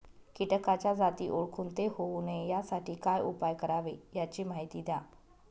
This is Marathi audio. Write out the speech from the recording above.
किटकाच्या जाती ओळखून ते होऊ नये यासाठी काय उपाय करावे याची माहिती द्या